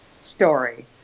story